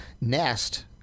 Nest